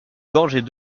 gorgées